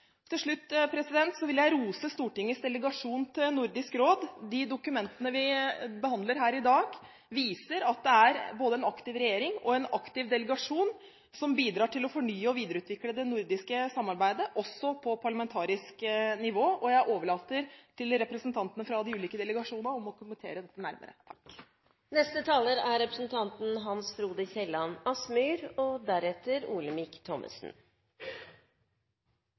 vil jeg rose Stortingets delegasjon til Nordisk Råd. De dokumentene vi behandler her i dag, viser at det er både en aktiv regjering og en aktiv delegasjon som bidrar til å fornye og videreutvikle det nordiske samarbeidet, også på parlamentarisk nivå. Jeg overlater til representantene fra de ulike delegasjoner å kommentere dette nærmere. Det nordiske samarbeidet er meget viktig for Norge og